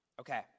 Okay